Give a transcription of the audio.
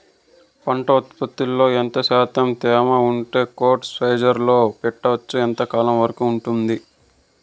పంట ఉత్పత్తులలో ఎంత శాతం తేమ ఉంటే కోల్డ్ స్టోరేజ్ లో పెట్టొచ్చు? ఎంతకాలం వరకు ఉంటుంది